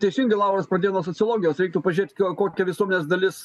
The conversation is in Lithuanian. teisingai lauras pradėjo nuo sociologijos reiktų pažėt kokia visuomenės dalis